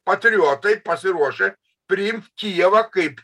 patriotai pasiruošę priimt kijevą kaip